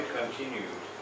continued